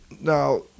Now